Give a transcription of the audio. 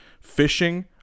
fishing